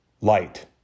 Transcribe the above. light